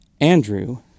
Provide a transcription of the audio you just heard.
Andrew